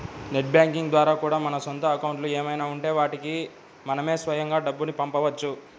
net banking ద్వారా కూడా మన సొంత అకౌంట్లు ఏమైనా ఉంటే వాటికి మనమే స్వయంగా డబ్బుని పంపవచ్చు